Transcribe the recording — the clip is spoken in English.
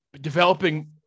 developing